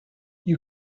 you